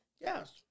Yes